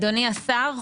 אדוני השר,